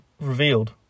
revealed